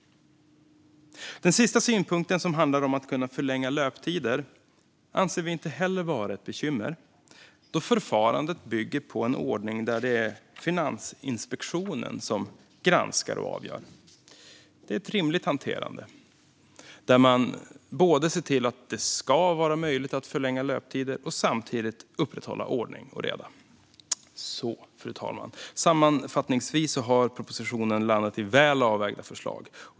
Den sista synpunkten om att kunna förlänga löptider anser vi inte heller vara ett bekymmer då förfarandet bygger på en ordning där det är Finansinspektionen som granskar och avgör. Det är ett rimligt hanterande. Man ser till att det är möjligt att förlänga löptider och samtidigt upprätthålla ordning och reda. Sammanfattningsvis, fru talman, har propositionen landat i väl avvägda förslag.